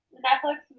Netflix